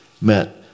met